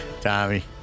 Tommy